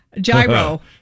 gyro